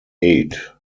eight